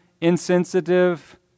insensitive